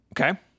Okay